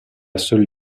seule